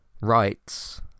rights